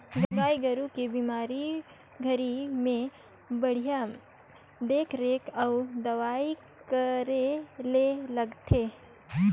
गाय गोरु के बेमारी घरी में बड़िहा देख रेख अउ दवई करे ले लगथे